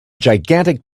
gigantic